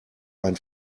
ein